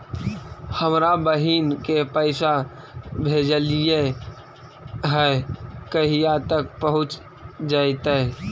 हमरा बहिन के पैसा भेजेलियै है कहिया तक पहुँच जैतै?